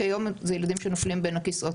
כי היום זה ילדים שנופלים בין הכיסאות.